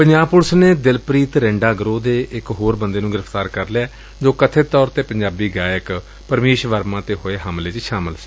Punjab police ਨੇ ਦਿਲਪ੍ਰੀਤ ਰਿੰਡਾ ਗਰੋਹ ਦੇ ਇਕ ਹੋਰ ਬੰਦੇ ਨੂੰ ਗ੍ਰਿਫ਼ਤਾਰ ਕਰ ਲਿਐ ਜੋ ਕਬਿਤ ਤੌਰ ਤੇ ਪੰਜਾਬੀ ਗਾਇਕ ਪਰਮੀਸ਼ ਵਰਮਾ ਤੇ ਹੋਏ ਹਮਲੇ ਚ ਸ਼ਾਮਲ ਸੀ